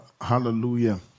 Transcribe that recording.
Hallelujah